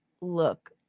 look